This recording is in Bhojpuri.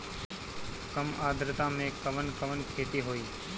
कम आद्रता में कवन कवन खेती होई?